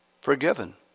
forgiven